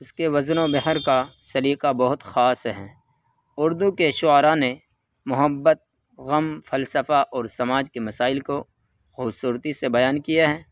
اس کے وزن و بحر کا سلیقہ بہت خاص ہے اردو کے شعرا نے محبت غم فلسفہ اور سماج کے مسائل کو خوبصورتی سے بیان کیا ہے